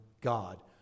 God